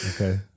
okay